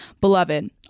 beloved